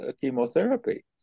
chemotherapy